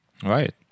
Right